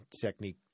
technique